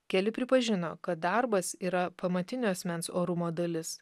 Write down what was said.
keli pripažino kad darbas yra pamatinė asmens orumo dalis